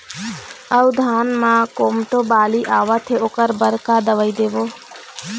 अऊ धान म कोमटो बाली आवत हे ओकर बर का दवई देबो?